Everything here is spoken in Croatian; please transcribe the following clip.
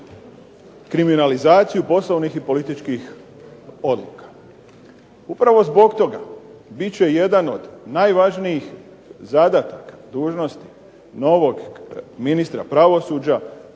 kriminalizaciju poslovnih i političkih odluka. Upravo zbog toga bit će jedan od najvažnijih zadataka, dužnosti novog ministra pravosuđa